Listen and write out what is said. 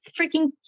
freaking